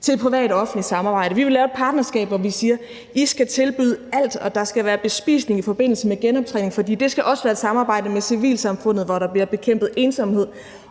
til privat-offentligt samarbejde, at de vil lave et partnerskab, hvor de siger, at I skal tilbyde alt, og at der skal være bespisning i forbindelse med genoptræning, for det skal også være et samarbejde med civilsamarbejdet, hvor ensomhed bliver bekæmpet, og